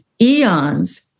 eons